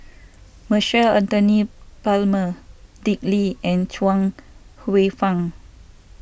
Michael Anthony Palmer Dick Lee and Chuang Hsueh Fang